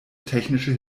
technische